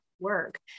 Work